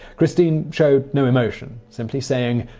christine showed no emotion, simply saying,